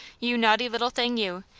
you naughty little thing you,